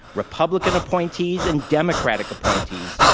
republican appointees and democratic appointees,